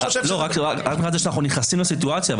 רק מהבחינה שאנחנו נכנסים לסיטואציה.